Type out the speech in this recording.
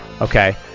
okay